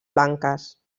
blanques